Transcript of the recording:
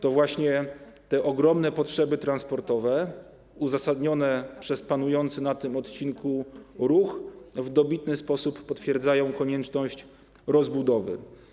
To właśnie te ogromne potrzeby transportowe, uzasadnione przez panujący na tym odcinku ruch, w dobitny sposób potwierdzają konieczność rozbudowy.